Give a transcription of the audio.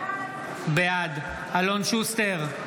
בעד אלון שוסטר,